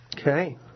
Okay